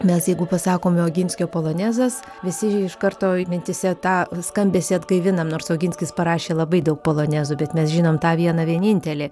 mes jeigu pasakome oginskio polonezas visi iš kartoi mintyse tą skambesį atgaivinam nors oginskis parašė labai daug polonezų bet mes žinom tą vieną vienintelį